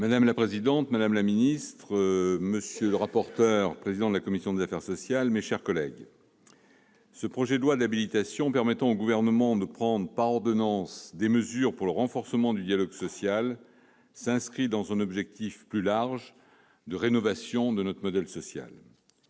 Madame la présidente, madame la ministre, monsieur le président-rapporteur de la commission des affaires sociales, mes chers collègues, ce projet de loi d'habilitation permettant au Gouvernement de prendre par ordonnances des mesures pour le renforcement du dialogue social s'inscrit dans un objectif plus large de rénovation de notre modèle social.